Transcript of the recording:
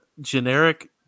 generic